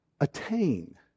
attain